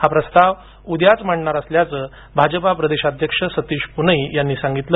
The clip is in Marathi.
हा प्रस्ताव उद्याच मांडणार असल्याचं भा ज पा प्रदेशाध्यक्ष सतीश पूनई यांनी सांगितलं